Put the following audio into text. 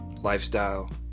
lifestyle